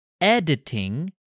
Editing